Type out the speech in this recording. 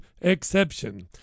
exception